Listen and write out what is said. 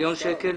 מיליון שקלים